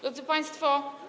Drodzy Państwo!